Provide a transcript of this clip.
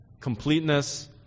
completeness